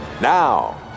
now